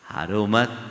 Harumat